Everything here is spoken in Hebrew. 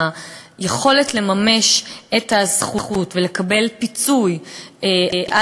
הוא היכולת לממש את הזכות ולקבל פיצוי על